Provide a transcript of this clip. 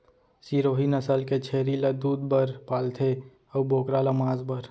सिरोही नसल के छेरी ल दूद बर पालथें अउ बोकरा ल मांस बर